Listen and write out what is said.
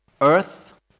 earth